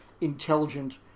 intelligent